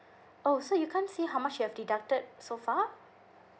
oh so you can't see how much you've deducted so far